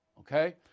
Okay